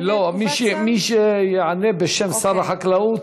מי שיענה בשם שר החקלאות,